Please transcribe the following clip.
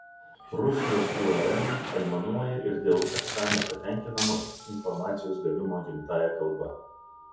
rusijos urm aimanuoja ir dėl esą nepatenkinamo informacijos gavimo gimtąja kalba